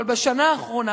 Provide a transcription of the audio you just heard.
אבל בשנה האחרונה,